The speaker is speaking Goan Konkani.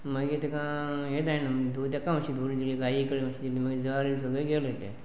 मागीर तेका हें जायना म्हण तेका मातशी धुंवरी दिली गाई कडे मातशी दिली मागीर जयारी सगळें गेल्यो तें